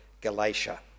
Galatia